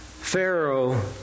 Pharaoh